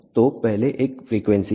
तो पहले एक फ्रीक्वेंसी है